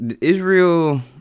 Israel